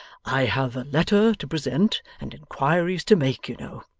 i have a letter to present, and inquiries to make, you know.